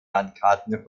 landkarten